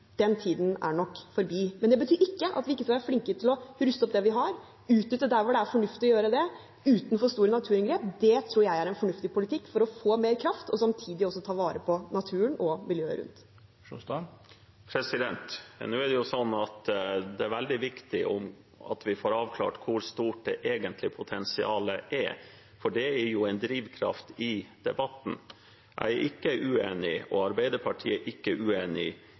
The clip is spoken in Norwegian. er nok forbi. Det betyr ikke at vi ikke skal være flinke til å ruste opp det vi har, utnytte der det er fornuftig å gjøre det uten for store naturinngrep. Det tror jeg er en fornuftig politikk for å få mer kraft og samtidig ta vare på naturen og miljøet rundt. Det er veldig viktig at vi får avklart hvor stort det egentlige potensialet er, for det er jo en drivkraft i debatten. Jeg og Arbeiderpartiet er ikke uenig i de begrensningene som ligger der, og at vi også skal ta hensyn til lokalkunnskap, til lokal motstand, eventuelt støtte. Er ikke statsråden enig i